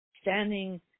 standing